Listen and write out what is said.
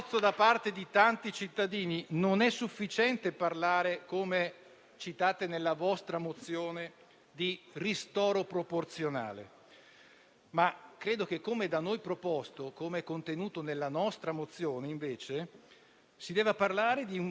Credo che, come da noi proposto e contenuto nella nostra mozione, si debba invece parlare di un vero risarcimento, che noi fissiamo almeno al 75 per cento. Guardate che, se non si interviene sostenendo le imprese, non si sostiene il lavoro.